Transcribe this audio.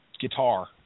guitar